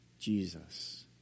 Jesus